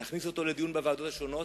נכניס אותו לדיון בוועדות השונות.